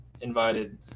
invited